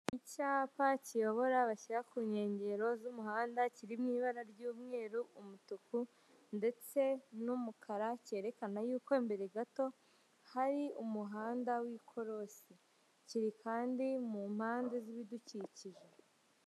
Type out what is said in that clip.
Icyapa kiyobora bashyira ku nkengero z'umuhanda kiriw'i ibara ry'umweru umutuku ndetse n'umukara cyerekana yuko mbere gato hari umuhanda w'ikorosi kiri kandi mu mpande z'ibidukikije.